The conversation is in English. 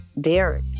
Derek